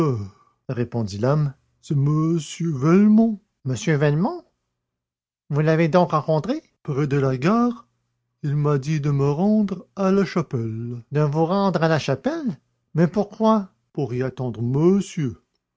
répondit l'homme c'est m velmont m velmont vous l'avez donc rencontré près de la gare et il m'a dit de me rendre à la chapelle de vous rendre à la chapelle mais pourquoi pour y attendre monsieur